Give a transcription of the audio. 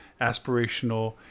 aspirational